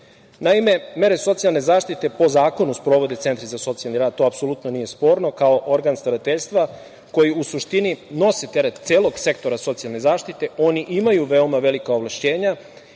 Naime, mere socijalne zaštite po zakonu sprovode Centri za socijalni rad. To apsolutno nije sporno, kao organ starateljstva koji u suštini nose teret celog sektora socijalne zaštite. Oni imaju veoma velika ovlašćenja